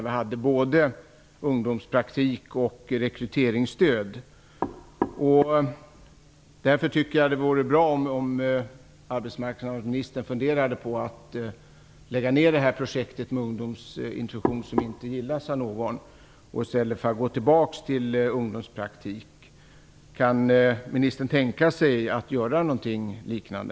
Vi hade både ungdomspraktik och rekryteringsstöd. Därför tycker jag att det vore bra om arbetsmarknadsministern funderade på att lägga ned projektet med ungdomsintroduktion, som inte gillas av någon, och gå tillbaks till ungdomspraktik. Kan ministern tänka sig att göra någonting liknande?